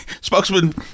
spokesman